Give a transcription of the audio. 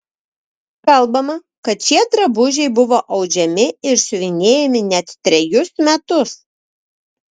kalbama kad šie drabužiai buvo audžiami ir siuvinėjami net trejus metus